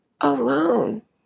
alone